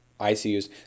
ICUs